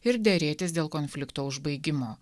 ir derėtis dėl konflikto užbaigimo